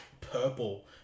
purple